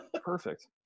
Perfect